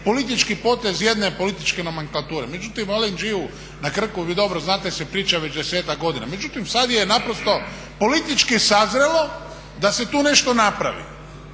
politički potez jedne političke nomenklature. Međutim, o LNG-u na Krku vi dobro znate se priča već desetak godina. Međutim, sad je naprosto politički sazrelo da se tu nešto napravi